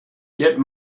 get